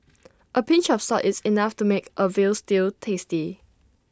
A pinch of salt is enough to make A Veal Stew tasty